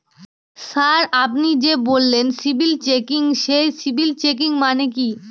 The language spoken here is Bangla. স্যার আপনি যে বললেন সিবিল চেকিং সেই সিবিল চেকিং মানে কি?